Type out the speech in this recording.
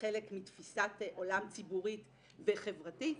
כחלק מתפיסת עולם ציבורית וחברתית.